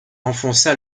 enfonça